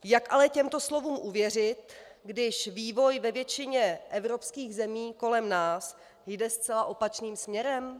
Jak ale těmto slovům uvěřit, když vývoj ve většině evropských zemí kolem nás jde zcela opačným směrem?